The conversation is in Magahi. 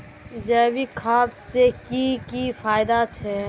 जैविक खाद से की की फायदा छे?